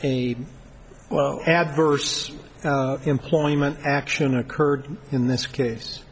he well adverse employment action occurred in this case